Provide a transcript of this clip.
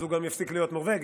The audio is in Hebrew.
אז הוא גם יפסיק להיות נורבגי,